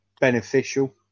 beneficial